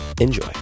enjoy